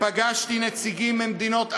ופגשתי נציגים ממדינות ערב,